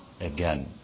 Again